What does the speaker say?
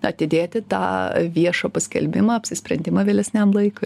atidėti tą viešą paskelbimą apsisprendimą vėlesniam laikui